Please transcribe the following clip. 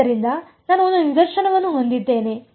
ಆದ್ದರಿಂದ ನಾನು ಒಂದು ನಿದರ್ಶನವನ್ನು ಹೊಂದಿದ್ದೇನೆ